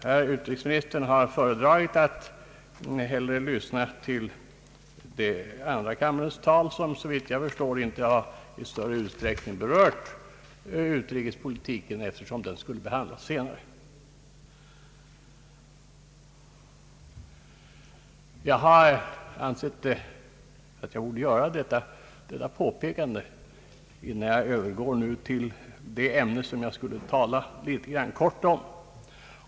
Herr utrikesministern har föredragit att lyssna till andra kammarens debatt, som såvitt jag förstår inte i större utsträckning har berört utrikespolitiken, eftersom den skulle behandlas senare. Jag har ansett mig böra göra detta påpekande innan jag nu övergår till den fråga som jag skulle tala litet om.